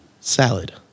Salad